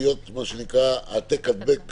בדיוק בהתאם להגדרה בחוק הפיקוח,